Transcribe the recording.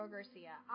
Garcia